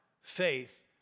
faith